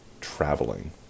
traveling